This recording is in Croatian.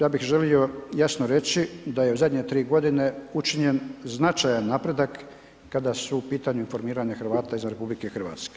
Ja bih želio jasno reći da je u zadnje tri godine učinjen značajan napredak kada su u pitanju informiranje Hrvata izvan RH.